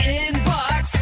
inbox